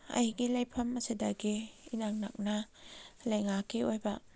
ꯑꯩꯒꯤ ꯂꯩꯐꯝ ꯑꯁꯤꯗꯒꯤ ꯏꯅꯛ ꯅꯛꯅ ꯂꯩꯉꯥꯛꯀꯤ ꯑꯣꯏꯕ